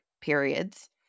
periods